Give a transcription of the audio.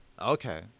okay